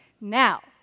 Now